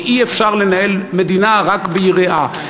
ואי-אפשר לנהל מדינה רק ביראה,